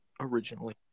originally